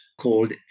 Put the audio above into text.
called